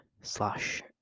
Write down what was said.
Slash